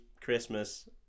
Christmas